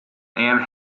and